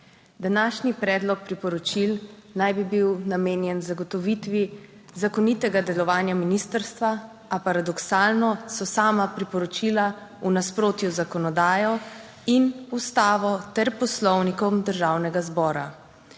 Današnji predlog priporočil naj bi bil namenjen zagotovitvi zakonitega delovanja ministrstva, a paradoksalno so sama priporočila v nasprotju z zakonodajo in Ustavo ter Poslovnikom Državnega zbora.